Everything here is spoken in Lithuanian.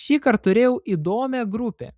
šįkart turėjau įdomią grupę